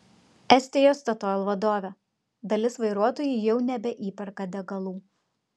estijos statoil vadovė dalis vairuotojų jau nebeįperka degalų